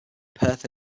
perth